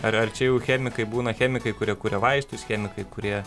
ar ar čia jau chemikai būna chemikai kurie kuria vaistus chemikai kurie